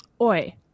Oi